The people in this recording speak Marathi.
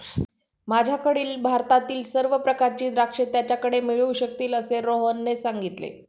माझ्याकडील भारतातील सर्व प्रकारची द्राक्षे त्याच्याकडे मिळू शकतील असे रोहनने सांगितले